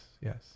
yes